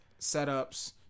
setups